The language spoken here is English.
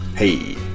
Hey